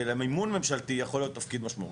ולמימון ממשלתי יכול להיות תפקיד משמעותי.